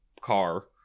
car